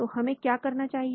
तो हमें क्या करना चाहिए